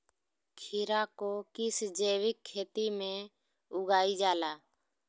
खीरा को किस जैविक खेती में उगाई जाला?